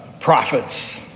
prophets